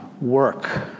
work